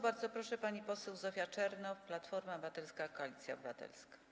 Bardzo proszę, pani poseł Zofia Czernow, Platforma Obywatelska - Koalicja Obywatelska.